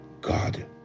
God